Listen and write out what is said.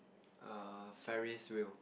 err ferris wheel